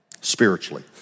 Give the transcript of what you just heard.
spiritually